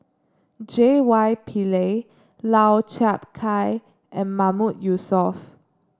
J Y Pillay Lau Chiap Khai and Mahmood Yusof